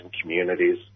communities